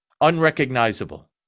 Unrecognizable